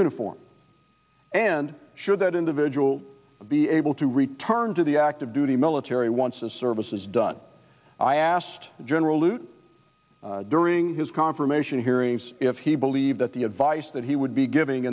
uniform and sure that individual be able to return to the active duty military once a service is done i asked general lute during his confirmation hearings if he believed that the advice that he would be giving